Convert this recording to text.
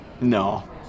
No